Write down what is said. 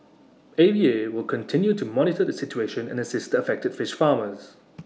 A V A will continue to monitor the situation and assist the affected fish farmers